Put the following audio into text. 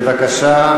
בבקשה,